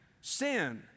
sin